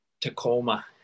Tacoma